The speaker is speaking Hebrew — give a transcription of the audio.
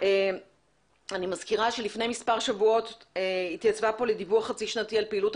אני מזכירה שלפני מספר שבועות התייצבה פה השרה